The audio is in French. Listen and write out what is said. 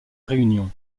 réunion